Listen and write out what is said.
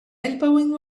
elbowing